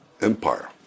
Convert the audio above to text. empire